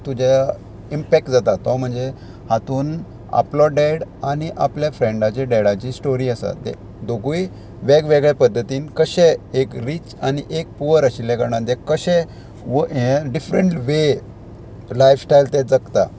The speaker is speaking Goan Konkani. तुज्या इम्पॅक्ट जाता तो म्हणजे हातून आपलो डेड आनी आपल्या फ्रेंडाचे डॅडाची स्टोरी आसा ते दोगूय वेगवेगळ्या पद्दतीन कशे एक रीच आनी एक पुवर आशिल्ल्या कारणान ते कशे हे डिफरंट वे लायफस्टायल ते जगता